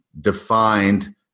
defined